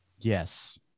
Yes